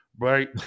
Right